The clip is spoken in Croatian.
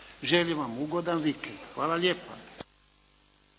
Želim vam ugodan vikend! Hvala vam lijepa.